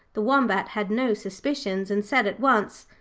the wombat had no suspicions, and said at once,